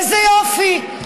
איזה יופי,